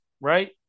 right